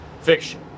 fiction